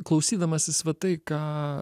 klausydamasis va tai ką